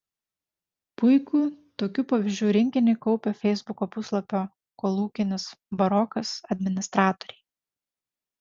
puikų tokių pavyzdžių rinkinį kaupia feisbuko puslapio kolūkinis barokas administratoriai